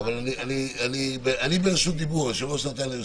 אני ברשות דיבור, היושב-ראש נתן לי.